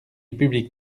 public